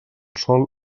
sòl